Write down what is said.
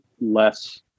less